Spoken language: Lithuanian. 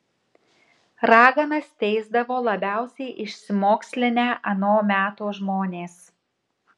raganas teisdavo labiausiai išsimokslinę ano meto žmonės